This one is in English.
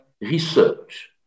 research